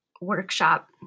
workshop